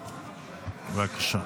בבקשה.